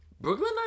Brooklyn